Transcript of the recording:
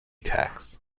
tax